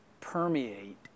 permeate